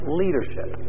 leadership